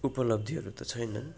उपलब्धिहरू त छैनन्